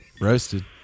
Roasted